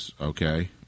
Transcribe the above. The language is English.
okay